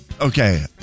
Okay